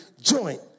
joint